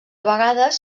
vegades